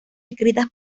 escritas